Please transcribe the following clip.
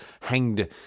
hanged